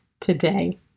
today